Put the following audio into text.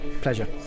pleasure